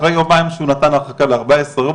אחרי יומיים שהוא נתן הרחקה ל-14 יום,